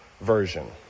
version